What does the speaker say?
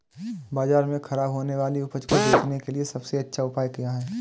बाज़ार में खराब होने वाली उपज को बेचने के लिए सबसे अच्छा उपाय क्या हैं?